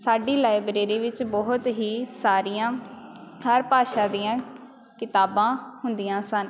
ਸਾਡੀ ਲਾਇਬ੍ਰੇਰੀ ਵਿੱਚ ਬਹੁਤ ਹੀ ਸਾਰੀਆਂ ਹਰ ਭਾਸ਼ਾ ਦੀਆਂ ਕਿਤਾਬਾਂ ਹੁੰਦੀਆਂ ਸਨ